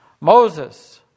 Moses